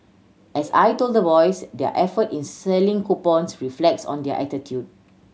as I told the boys their effort in selling coupons reflects on their attitude